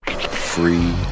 Free